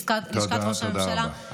לשכת ראש הממשלה,